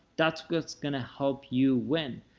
that's what's going to help you win.